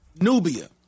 Nubia